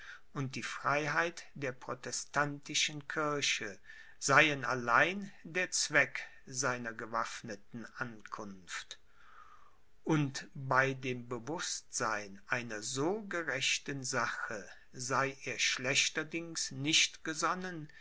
und die freiheit der protestantischen kirche seien allein der zweck seiner gewaffneten ankunft und bei dem bewußtsein einer so gerechten sache sei er schlechterdings nicht gesonnen